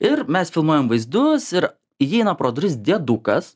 ir mes filmuojam vaizdus ir įeina pro duris dėdukas